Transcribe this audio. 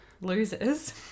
Losers